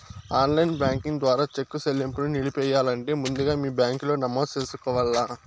online banking ద్వారా cheque సెల్లింపుని నిలిపెయ్యాలంటే ముందుగా మీ బ్యాంకిలో నమోదు చేసుకోవల్ల